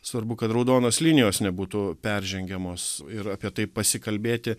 svarbu kad raudonos linijos nebūtų peržengiamos ir apie tai pasikalbėti